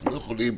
אנחנו לא יכולים